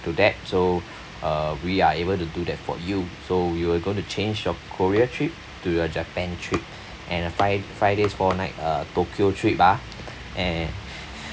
to that so uh we are able to do that for you so you're going to change your korea trip to your japan trip and a five five days four night uh tokyo trip ah and